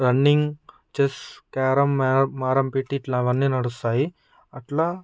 running chess carrom మేరం మారం పెట్టి ఇట్లాంటివన్నీ నడుస్తాయి అట్లా